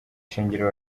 shingiro